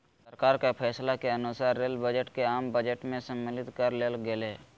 सरकार के फैसला के अनुसार रेल बजट के आम बजट में सम्मलित कर लेल गेलय